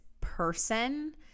person